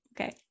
okay